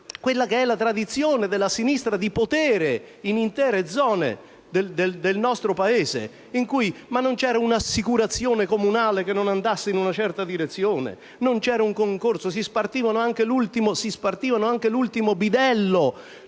nella tradizione della sinistra di potere in intere zone del nostro Paese, in cui non c'era un'assicurazione comunale che non andasse in una certa direzione, né un concorso: si spartivano anche l'ultimo bidello,